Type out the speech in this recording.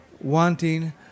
wanting